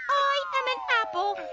i am an apple.